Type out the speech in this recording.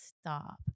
stop